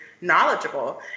knowledgeable